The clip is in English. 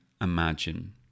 imagine